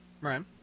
Right